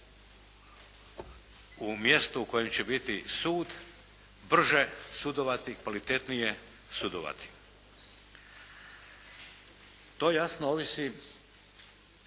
u mjestu u kojem će biti sud brže sudovati, kvalitetnije sudovati. To jasno ovisi